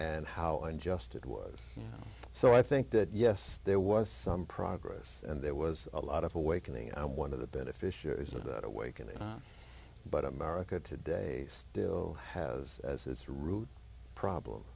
and how unjust it was so i think that yes there was some progress and there was a lot of awakening i'm one of the beneficiaries of that awakening but america today still has as its root problem